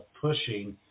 pushing